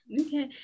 Okay